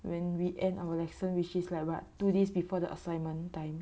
when we end our lesson which is like what two days before the assignment time